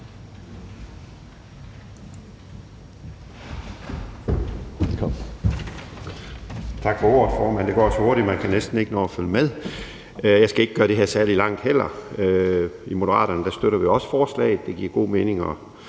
Tak for ordet, formand. Det går så hurtigt, at man næsten ikke kan nå at følge med. Jeg skal heller ikke gøre det her særlig langt. I Moderaterne støtter vi også forslaget. Det giver god mening